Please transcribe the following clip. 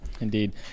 indeed